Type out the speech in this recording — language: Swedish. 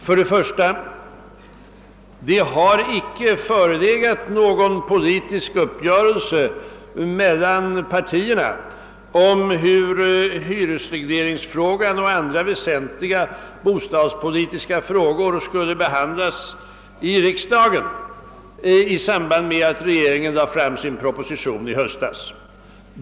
Först och främst har det inte förelegat någon politisk uppgörelse mellan partierna om hur hyresregleringsfrågan och andra väsentliga bostadspolitiska frågor skulle behandlas i riksdagen i samband med att regeringen lade fram sin proposition i höstas.